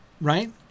right